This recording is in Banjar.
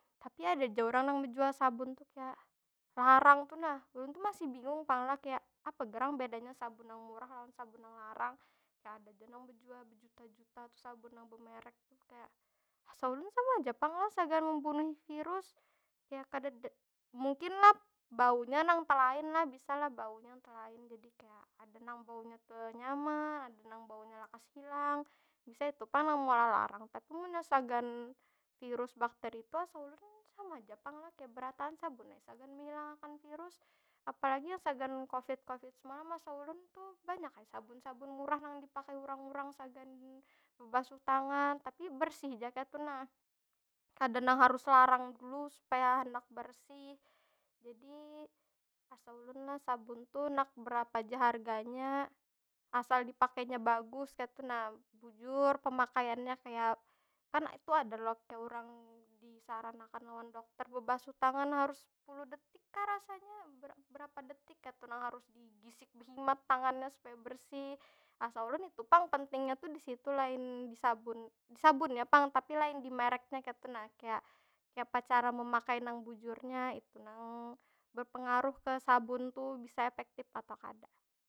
Tapi ada ja urang nang bejual sabun tu kaya larang tu nah. Ulun tu masih bingung pang lah kaya, apa gerang bedanya sabun nang murah lawan sabun nang larang? Kaya ada ja nang bejual bejuta- juta tu sabun nang bemerek tu. Kaya, asa ulun tu sama aja pang lah sagan membunuh virus. Kaya kadeda, mungkin lah baunya nang telain lah bisa lah, baunya nang telain. Jadi kaya, ada nang baunya tenyaman, ada nang baunya lakas hilang. Bisa itu pang nang meolah larang. Tapi munnya sagan virus, bakteri tu asa ulun sama ja pang lah. Kaya, berataan sabun ai sagan mehilangakan virus. Apalagi yang sagan covid- covid semalam asa ulun tu, banyak ai sabun- sabun murah nang dipakai urang- urang sagan bebasuh tangan. Tapi bersih ja kaytu nah. Kada nang harus larang dulu supaya handak bersih. Jadi, asa ulun lah sabun tu handak berapa ja harganya sala dipakainya bagus kaytu nah, bujur pemakaiannya. Kaya, kan itu ada lo urang disaran akan lawan dokter bebasuh tangan harus sepuluh detik kah rasanya? Ber- berapa detik kaytu nang harus digisik behimat tangannya supaya bersih. Asa ulun itu pang pentingnya tuh di situ. Lain di sabun, di sabunnya pang, tapi lain di mereknya kaytu nah. Kaya, kayapa cara memakai nang bujurnya, itu nang bepengaruh ke sabun tuh bisa efektif atau kada.